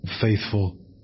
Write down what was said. faithful